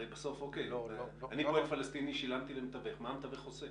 הרי בסוף, אוקיי, שילמתי למתווך, מה המתווך עושה?